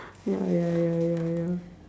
ya ya ya ya ya